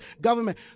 government